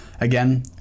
Again